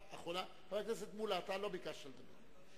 חבר הכנסת מולה, אתה לא ביקשת לדבר.